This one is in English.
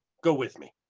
go with me.